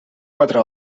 quatre